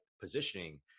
positioning